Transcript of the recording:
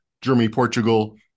Germany-Portugal